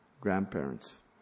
grandparents